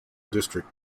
district